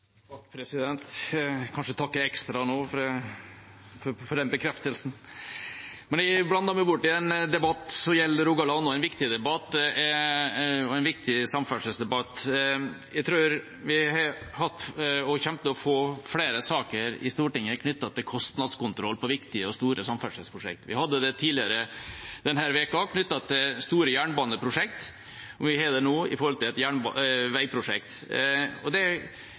Takk, president, og jeg må kanskje takke ekstra for den bekreftelsen. Jeg blander meg borti en debatt som gjelder Rogaland, og som er en viktig samferdselsdebatt. Vi har hatt, og kommer til å få, flere saker i Stortinget knyttet til kostnadskontroll på viktige og store samferdselsprosjekt. Vi hadde det tidligere denne uka knyttet til store jernbaneprosjekt, og vi har det nå om et veiprosjekt. Derfor er det